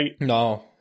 No